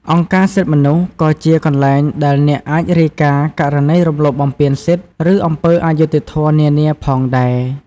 អង្គការសិទ្ធិមនុស្ស ក៏ជាកន្លែងដែលអ្នកអាចរាយការណ៍ករណីរំលោភបំពានសិទ្ធិ ឬអំពើអយុត្តិធម៌នានាផងដែរ។